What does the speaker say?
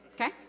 okay